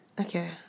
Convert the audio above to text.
Okay